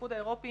באיחוד האירופי